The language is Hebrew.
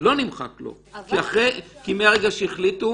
לא נמחק לו כי מרגע שהחליטו